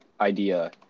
idea